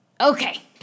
Okay